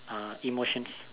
uh emotions